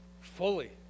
fully